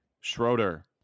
Schroeder